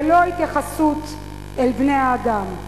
ולא התייחסות אל בני-האדם.